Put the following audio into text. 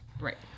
Right